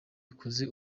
wakoze